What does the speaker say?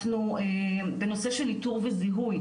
בנושא של איתור וזיהוי,